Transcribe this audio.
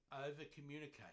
Over-communicate